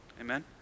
Amen